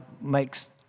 makes